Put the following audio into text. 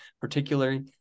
particularly